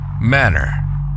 manner